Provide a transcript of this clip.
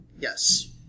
Yes